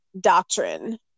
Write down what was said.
doctrine